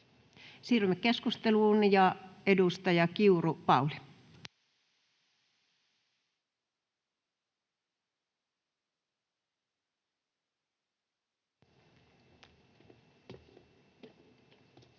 Siirrymme keskusteluun. — Edustaja Kiuru, Pauli. Arvoisa